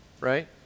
right